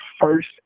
first